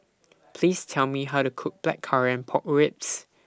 Please Tell Me How to Cook Blackcurrant Pork Ribs